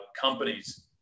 companies